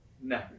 No